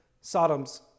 Sodom's